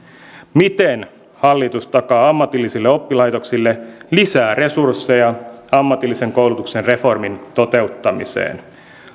miten hallitus takaa ammatillisille oppilaitoksille lisää resursseja ammatillisen koulutuksen reformin toteuttamiseen ja